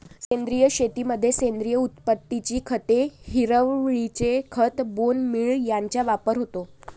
सेंद्रिय शेतीमध्ये सेंद्रिय उत्पत्तीची खते, हिरवळीचे खत, बोन मील यांचा वापर होतो